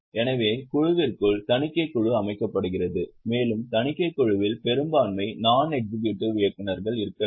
எனவே குழுவிற்குள் தணிக்கைக் குழு அமைக்கப்படுகிறது மேலும் தணிக்கைக் குழுவில் பெரும்பான்மை நாண் எக்ஸிக்யூடிவ் இயக்குநர்கள் இருக்க வேண்டும்